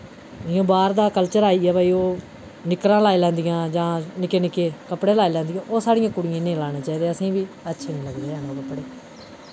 जि'यां बाह्र दा कल्चर आई गेआ भई ओह् निक्करां लाई लैंदियां जां निक्के निक्के कपड़े लाई लैंदियां ओह् साढ़ियें कुड़ियें निं लाने चाहिदे असें बी अच्छे निं लगदे हैन ओह् कपड़े